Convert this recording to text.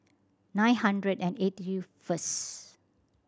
nine hundred and eighty first